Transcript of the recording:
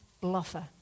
bluffer